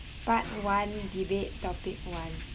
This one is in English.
part one debate topic one